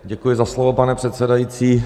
Děkuji za slovo, pane předsedající.